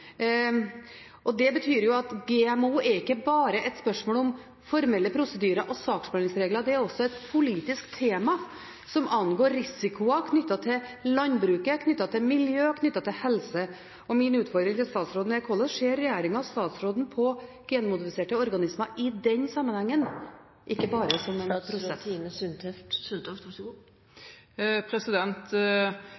og det betyr at GMO ikke bare er et spørsmål om formelle prosedyrer og saksbehandlingsregler. Det er også et politisk tema som angår risikoer knyttet til landbruket, til miljø og helse. Min utfordring til statsråden er: Hvorledes ser regjeringen og statsråden på genmodifiserte organismer i den sammenhengen, ikke bare som en prosess? Regjeringen er for det første tydelig på at vi ønsker å ivareta en god